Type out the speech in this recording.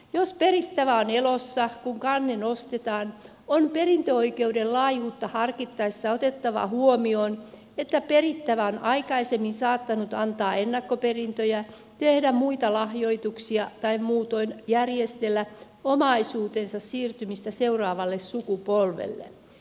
jos perittävä on elossa kun kanne nostetaan on perintöoikeuden laajuutta harkittaessa otettava huomioon että perittävä on aikaisemmin saattanut antaa ennakkoperintöjä tehdä muita lahjoituksia tai muutoin järjestellä omaisuutensa siirtymistä seuraavalle sukupolvelle